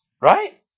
right